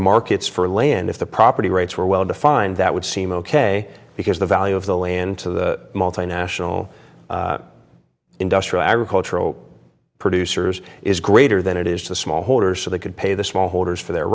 markets for land if the property rights were well defined that would seem ok because the value of the land to the multinational industrial agricultural producers is greater than it is to small holders so they could pay the small holders for their